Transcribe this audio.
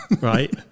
right